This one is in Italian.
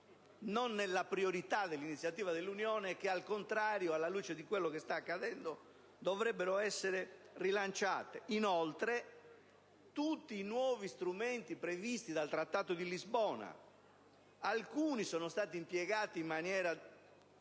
tra le priorità nelle iniziative dell'Unione e che al contrario, alla luce di quanto sta accadendo, dovrebbero essere rilanciate. Inoltre, di tutti i nuovi strumenti previsti dal Trattato di Lisbona alcuni sono stati impiegati in maniera